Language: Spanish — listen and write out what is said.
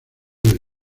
del